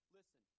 Listen